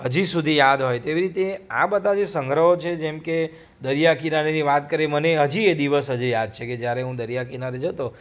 હજી સુધી યાદ હોય તેવી રીતે આ બધા જે સંગ્રહો છે જેમકે દરિયાકિનારેની વાત કરી મને હજી એ દિવસ હજી યાદ છે કે જ્યારે હું દરિયાકિનારે જતો